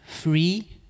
free